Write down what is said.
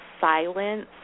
silence